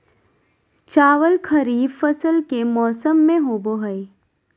चावल खरीफ फसल के मौसम में होबो हइ